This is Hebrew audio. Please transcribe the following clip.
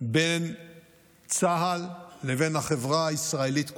בין צה"ל לבין החברה הישראלית כולה.